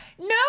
No